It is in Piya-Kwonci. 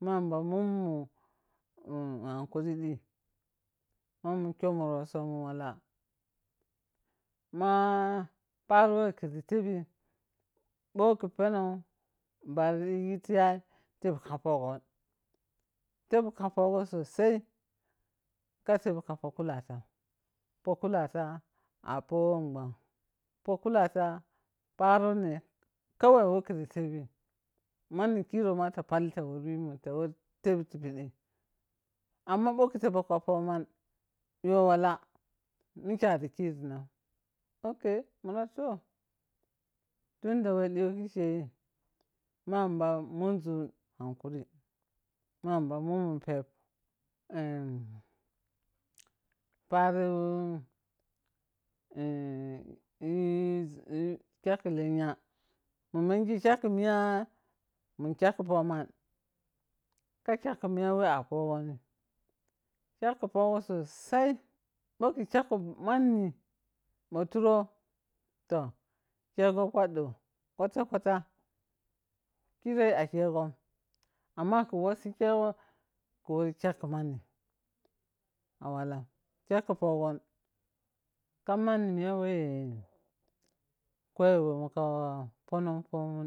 Ma yamba mummu un hankuri dhi ma mum kyau mun rossomun wala-mah paro wo kisi tebi bho khi pono bare dhi ti yan tebi ka pogon, tebi ka pogon sosai ka tebi ka po kulatan, po kulata ah po won gwamn, po kulata parone kawai whe kirtebi manni kirou mo ta pabi ta wori wimun ta wari tebi ti pidi, amma bho ka tebi ka pomun yawala mike ari kirinan mundo toh, tundu whe ɗiyo kikkei ma yama mun ȝu hankuri ma yamba mummun pop em paro kyakkhi lenya, ma mengi kyakkhi miya mun kyakkhi po mun ka kyakkhi miya whe a pomunni, kkak khi pogo sosai, bho khi kyakkhi manni ma turou toh, khego kwaddou kwata kwata, kirei ah khegon amma kowassi khego khiworo kyakkhi manni ah wallan kyakkhi pogon. Kam manni mayai whe koyeywemun ponom pomun